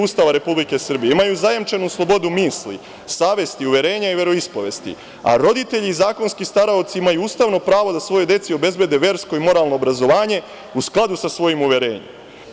Ustava Republike Srbije imaju zajemčenu slobodu misli, savesti, uverenja i veroispovesti, a roditelji i zakonski staraoci imaju ustavno pravo da svojoj deci obezbede versko i moralno obrazovanje u skladu sa svojim uverenjem.